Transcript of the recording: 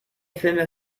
filme